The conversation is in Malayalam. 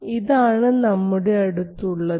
ഇതാണ് നമ്മുടെ അടുത്തുള്ളത്